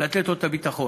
לתת לו את הביטחון.